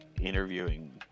interviewing